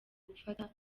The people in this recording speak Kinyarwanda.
gufata